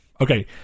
Okay